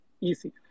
easy